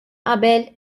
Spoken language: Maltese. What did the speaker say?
qabel